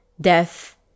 death